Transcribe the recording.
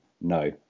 no